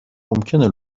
ممکنه